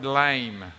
lame